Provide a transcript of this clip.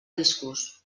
riscos